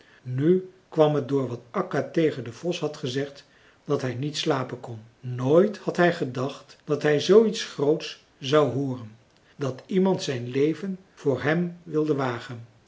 nu kwam het door wat akka tegen den vos had gezegd dat hij niet slapen kon nooit had hij gedacht dat hij zooiets groots zou hooren dat iemand zijn leven voor hem wilde wagen